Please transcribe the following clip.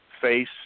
face